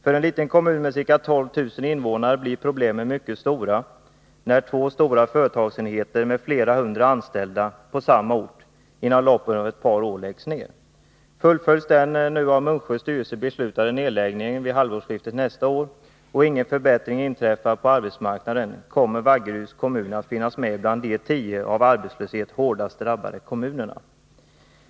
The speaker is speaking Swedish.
För en liten kommun med ca 12000 invånare blir problemen mycket stora, när två stora företagsenheter med flera hundra anställda på samma ort inom loppet av ett par år läggs ned. Fullföljs den av Munksjös styrelse beslutade nedläggningen vid halvårsskiftet nästa år och ingen förbättring inträffar på arbetsmarknaden, kommer Vaggeryds kommun att finnas med bland de tio av arbetslöshet hårdast drabbade kommunerna.